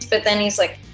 but then he's like,